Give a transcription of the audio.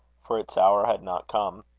for its hour had not come.